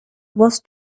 was